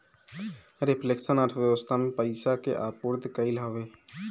reflection अर्थव्यवस्था में पईसा के आपूर्ति कईल हवे